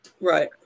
Right